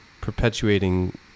perpetuating